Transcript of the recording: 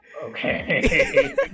okay